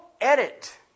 edit